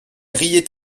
riait